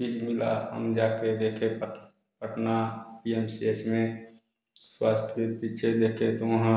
चीज मिला हम जा के देखे Patna P M C S में स्वास्थ्य के पिक्चर देखें तो वहाँ